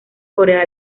corea